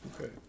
Okay